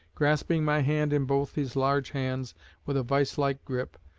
grasping my hand in both his large hands with a vice-like grip,